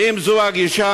ואם זו הגישה,